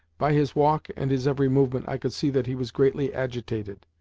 by his walk and his every movement, i could see that he was greatly agitated.